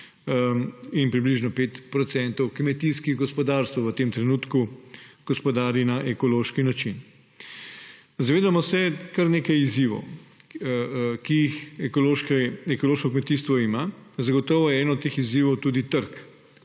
in približno 5 procentov kmetijskih gospodarstev v tem trenutku gospodari na ekološki način. Zavedamo se kar nekaj izzivov, ki jih ekološko kmetijstvo ima. Zagotovo je eden od teh izzivov tudi trg,